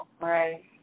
Right